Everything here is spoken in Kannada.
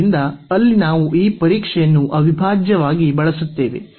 ಆದ್ದರಿಂದ ಅಲ್ಲಿ ನಾವು ಈ ಮಾದರಿಯನ್ನು ಅವಿಭಾಜ್ಯವಾಗಿ ಬಳಸುತ್ತೇವೆ